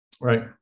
Right